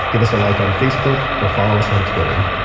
give us a like on facebook or follow us on twitter.